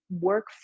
work